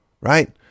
right